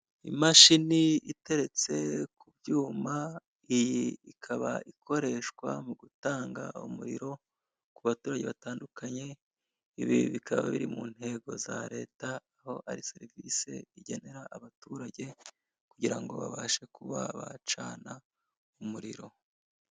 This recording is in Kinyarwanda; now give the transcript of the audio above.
Imashini iteretse ku byuma, iyi ikaba ikoreshwa mu gutanga umuriro ku baturage batandunkanye, ibi bikaba biri mu ntego za leta ko ari serivise igenera abaturage kugira ngo babashe kuba bacana umuriro.